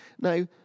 Now